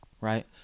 right